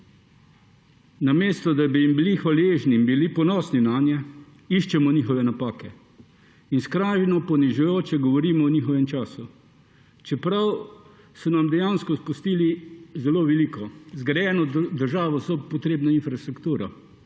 Namesto da bi jim bili hvaležni in bili ponosni nanje, iščemo njihove napake in skrajno ponižujoče govorimo o njihovem času, čeprav so nam dejansko pustili zelo veliko – zgrajeno državo z vso potrebno infrastrukturo,